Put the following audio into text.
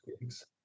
gigs